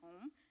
home